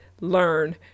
learn